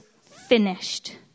finished